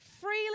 freely